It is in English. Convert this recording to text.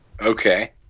Okay